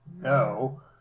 no